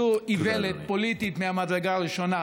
זו איוולת פוליטית מהמדרגה הראשונה.